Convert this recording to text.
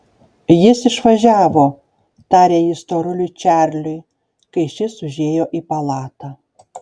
jis išvažiavo tarė ji storuliui čarliui kai šis užėjo į palatą